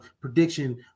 prediction